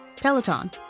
Peloton